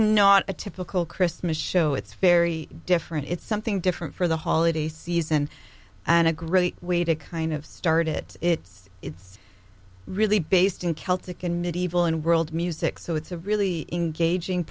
not a typical christmas show it's very different it's something different for the holiday season and a great way to kind of start it it's it's really based in celtic and medieval and world music so it's a really engaging